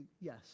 Yes